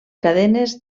cadenes